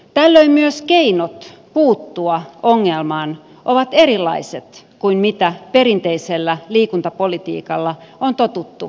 tällöin myös keinot puuttua ongelmaan ovat erilaiset kuin mitä perinteisellä liikuntapolitiikalla on totuttu tekemään